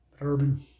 Urban